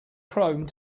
chrome